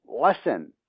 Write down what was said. lesson